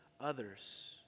others